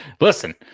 Listen